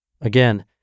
Again